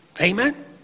amen